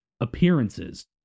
appearances